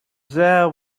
there